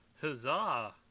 Huzzah